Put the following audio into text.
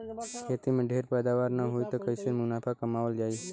खेती में ढेर पैदावार न होई त कईसे मुनाफा कमावल जाई